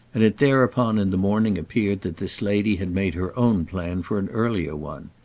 and it thereupon in the morning appeared that this lady had made her own plan for an earlier one.